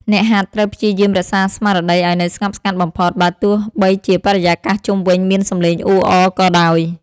អ្នកហាត់ត្រូវព្យាយាមរក្សាស្មារតីឱ្យនៅស្ងប់ស្ងាត់បំផុត បើទោះបីជាបរិយាកាសជុំវិញមានសំឡេងអ៊ូអរក៏ដោយ។